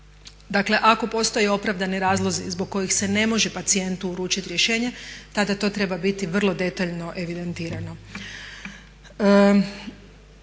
Dakle, ako postoje opravdani razlozi zbog kojih se ne može pacijentu uručiti rješenje tada to treba biti vrlo detaljno evidentirano.